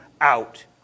out